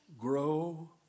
grow